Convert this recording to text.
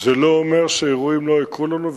זה לא אומר שאירועים לא יקרו לנו.